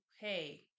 hey